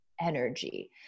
energy